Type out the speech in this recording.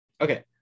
Okay